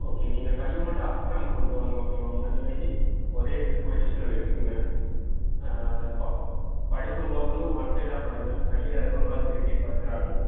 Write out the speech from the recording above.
okay நீங்கள் கையை மட்டும் அசைக்காமல் கொண்டுட்டு வாங்க ஓகேவா முடிஞ்ச வரைக்கு ஒரே இது பொஷ்ஷனில் வெச்சுக்குங்க ப படுக்கும் போதுமே ஒன் சைடாக படுங்க கையை ரொம்ப திருப்பி படுத்துடாதீங்க